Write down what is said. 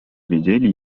widzieli